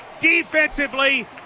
Defensively